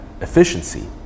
efficiency